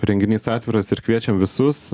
renginys atviras ir kviečiam visus